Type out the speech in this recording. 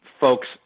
folks